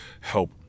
help